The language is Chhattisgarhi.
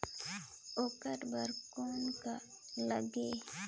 ओकर बर कौन का लगी?